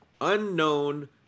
unknown